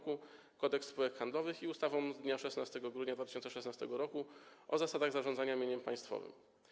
Kodeks spółek handlowych i ustawą z dnia 16 grudnia 2016 r. o zasadach zarządzania mieniem państwowym.